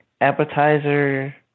appetizer